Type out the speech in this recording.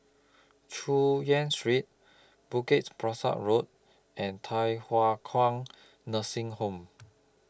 Chu Yen Street Bukit Pasoh Road and Thye Hua Kwan Nursing Home